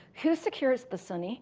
who secures the sunni